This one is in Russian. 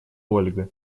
ольга